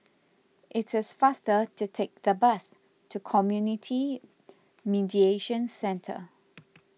it is faster to take the bus to Community Mediation Centre